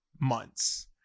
Months